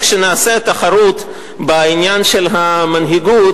כשנעשה תחרות בעניין של המנהיגות,